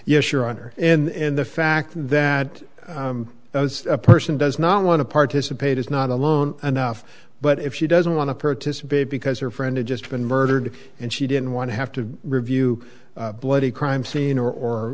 yes your honor and the fact that it was a person does not want to participate is not alone and off but if she doesn't want to participate because her friend had just been murdered and she didn't want to have to review bloody crime scene or